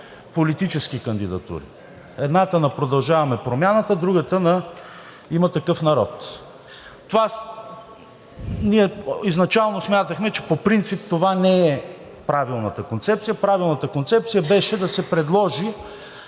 политически кандидатури. Едната на „Продължаваме Промяната“, другата на „Има такъв народ“. Изначално смятахме, че по принцип това не е правилната концепция. Правилната концепция беше да се предложи